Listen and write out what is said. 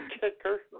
kicker